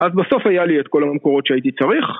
אז בסוף היה לי את כל הממקורות שהייתי צריך